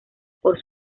por